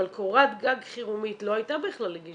אבל קורת גג חירומית לא הייתה בכלל לגיל